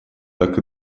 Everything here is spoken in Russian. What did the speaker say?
так